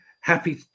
happy